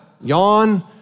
yawn